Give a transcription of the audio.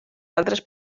altres